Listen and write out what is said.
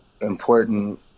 important